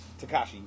Takashi